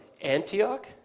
Antioch